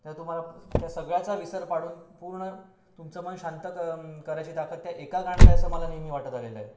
तेव्हा तुम्हाला त्या सगळ्याचा विसर पाडून पूर्ण तुमचं मन शांत करायची ताकद त्या एका गाण्यात आहे असं मला नेहमी वाटतं आलेलं आहे